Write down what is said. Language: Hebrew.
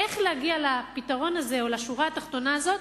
איך להגיע לפתרון הזה או לשורה התחתונה הזאת